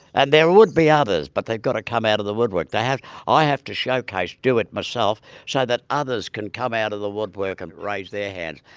and there would be others but they've got to come out of the woodwork. i have i have to showcase, do it myself so that others can come out of the woodwork and raise their hand.